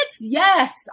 Yes